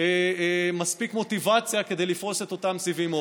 מספיק מוטיבציה כדי לפרוס סיבים אופטיים.